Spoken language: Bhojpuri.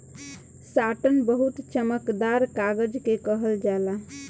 साटन बहुत चमकदार कागज के कहल जाला